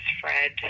Fred